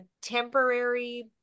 Temporary